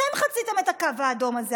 אתם חציתם את הקו האדום הזה,